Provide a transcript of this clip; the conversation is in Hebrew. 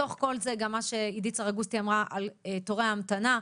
בתוך כל זה גם מה שעידית סרגוסטי אמרה על תורי ההמתנה.